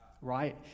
right